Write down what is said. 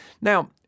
Now